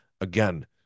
Again